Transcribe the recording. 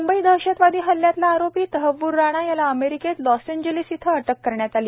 मुंबई दहशतवादी हल्ल्यातला आरोपी तहव्वूर राणा याला अमेरिकेत लॉस एंजलिस इथं अटक करण्यात आली